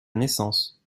naissance